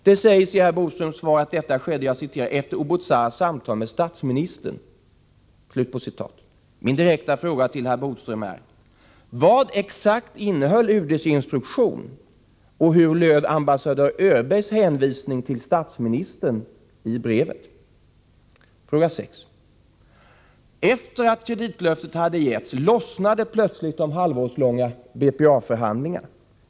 Det sägs i herr Bodströms svar att detta skedde ”efter Oubouzars samtal med statsministern”. Min direkta fråga till herr Bodström är: Vad exakt innehöll UD:s instruktion, och hur löd ambassadör Öbergs hänvisning till statsministern i brevet? Fråga 6: Efter att kreditlöftet hade getts, lossnade plötsligt de halvårslånga BPA-förhandlingarna.